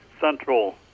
central